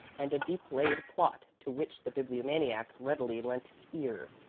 and a deep-laid plot, to which the bibliomaniac readily lent ear,